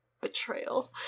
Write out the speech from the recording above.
betrayal